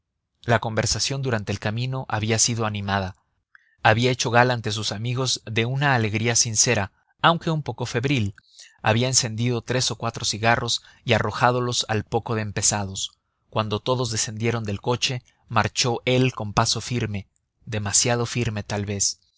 la conversación durante el camino había sido animada había hecho gala ante sus amigos de una alegría sincera aunque un poco febril había encendido tres o cuatro cigarros y arrojádolos al poco de empezados cuando todos descendieron del coche marchó él con paso firme demasiado firme tal vez